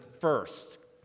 first